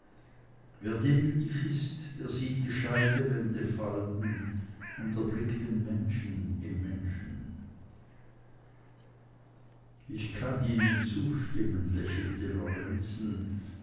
wer demütig ist der sieht die scheidewände fallen und erblickt den menschen im menschen ich kann ihnen zustimmen lächelte lorenzen